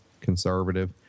conservative